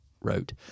wrote